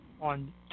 on